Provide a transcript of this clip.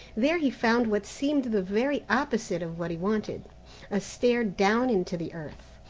there he found what seemed the very opposite of what he wanted a stair down into the earth.